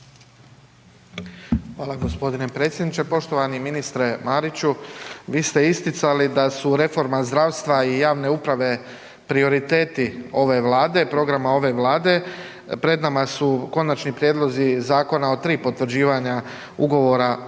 Hvala gospodine predsjedniče. Poštovani ministre Mariću. Vi ste isticali da su reforma zdravstva i javne uprave prioriteti ove Vlade programa ove Vlade, pred nama su konačni prijedlozi zakona o tri potvrđivanja Ugovora o